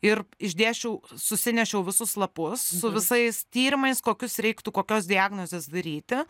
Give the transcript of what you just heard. ir išdėsčiau susinešiau visus lapus su visais tyrimais kokius reiktų kokios diagnozės daryti